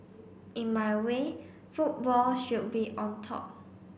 in my way football should be on top